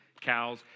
cows